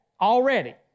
already